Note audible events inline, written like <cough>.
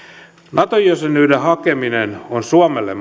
nato jäsenyyden hakeminen on suomelle <unintelligible>